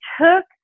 took